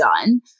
done